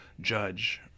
judge